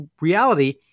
reality